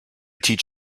teach